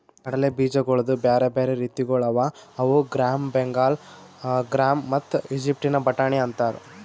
ಕಡಲೆ ಬೀಜಗೊಳ್ದು ಬ್ಯಾರೆ ಬ್ಯಾರೆ ರೀತಿಗೊಳ್ ಅವಾ ಅವು ಗ್ರಾಮ್, ಬೆಂಗಾಲ್ ಗ್ರಾಮ್ ಮತ್ತ ಈಜಿಪ್ಟಿನ ಬಟಾಣಿ ಅಂತಾರ್